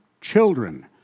children